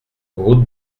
route